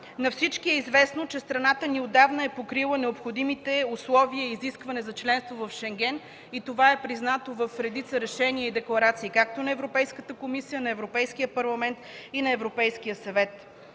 На всички е известно, че страната ни отдавна е покрила необходимите условия и изискванията за членство в Шенген и това е признато в редица решения и декларации както на Европейската комисия, на Европейския парламент и на Европейския съвет.